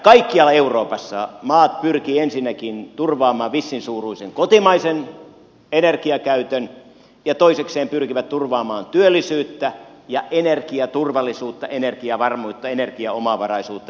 kaikkialla euroopassa maat pyrkivät ensinnäkin turvaamaan vissin suuruisen kotimaisen energiakäytön ja toisekseen pyrkivät turvaamaan työllisyyttä ja energiaturvallisuutta energiavarmuutta energiaomavaraisuutta ylipäänsä